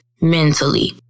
mentally